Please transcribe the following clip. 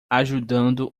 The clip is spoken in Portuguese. ajudando